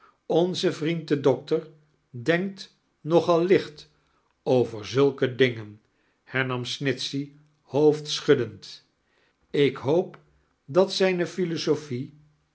onze vriend de dokter denkt nog al licht over zulke dingen hernam snitchey hoofdschuddend ik hoop dat zijne